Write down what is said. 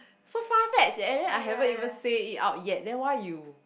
so far fetched then I haven't even say it out yet then why you